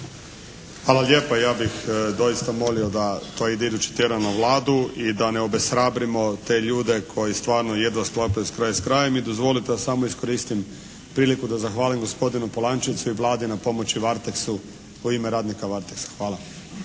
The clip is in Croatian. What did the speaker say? Hvala lijepa. Ja bih doista molio da to ide idući tjedan na Vladu i da ne obeshrabrimo te ljude koji stvarno jedva sklapaju kraj s krajem. I dozvolite da samo iskoristim priliku da zahvalim gospodinu Polančecu i Vladi na pomoći Varteksu u ime radnika Varteksa. Hvala.